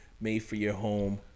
made-for-your-home